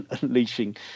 unleashing